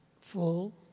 full